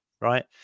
right